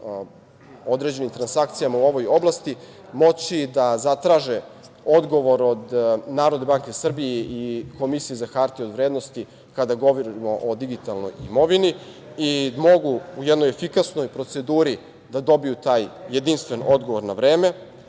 određenim transakcijama u ovoj oblasti moći da zatraže odgovor od NBS i Komisije za hartije od vrednosti kada govorimo o digitalnoj imovini. Mogu u jednoj efikasnoj proceduri da dobiju taj jedinstven odgovor na vreme.